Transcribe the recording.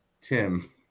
Tim